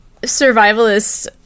survivalists